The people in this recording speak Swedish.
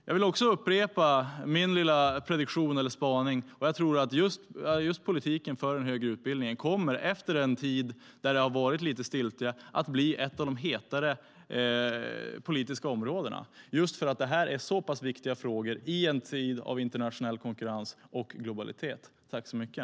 Jag vill också upprepa min lilla prediktion eller spaning att politiken för den högre utbildningen kommer, efter en tid av lite stiltje, att bli ett av de hetare politiska områdena just för att detta är så pass viktiga frågor i en tid av internationell konkurrens och globalitet.